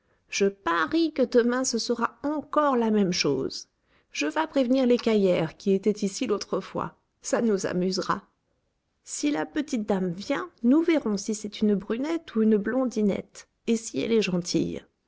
je parie que demain ce sera encore la même chose je vas prévenir l'écaillère qui était ici l'autre fois ça nous amusera si la petite dame vient nous verrons si c'est une brunette ou une blondinette et si elle est gentille